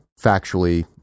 factually